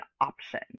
option